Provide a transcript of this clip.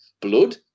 blood